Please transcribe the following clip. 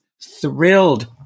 thrilled